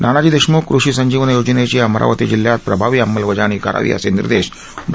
नानाजी देशम्ख कृषी संजीवनी योजनेची अमरावती जिल्ह्यात प्रभावी अंमलबजावणी करावी असे निर्देश डॉ